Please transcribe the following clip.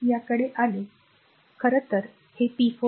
जर याकडे आले तर हे rआहे हे खरं तर हे p 4